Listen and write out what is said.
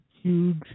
huge